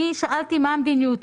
אני שאלתי מה המדיניות,